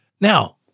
now